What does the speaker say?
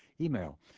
Email